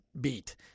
beat